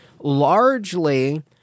largely